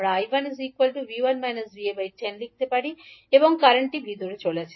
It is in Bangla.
আমরা 𝐈1 𝐕1 𝐕𝑎 10 এর মান লিখতে পারি এবং কারেন্টটি ভিতরে চলেছে